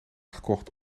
gekocht